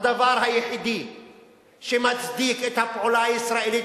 הדבר היחיד שמצדיק את הפעולה הישראלית